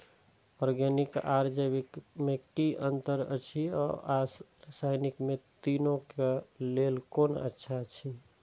Organic आर जैविक में कि अंतर अछि व रसायनिक में तीनो क लेल कोन अच्छा अछि?